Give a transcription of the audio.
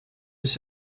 miss